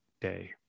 day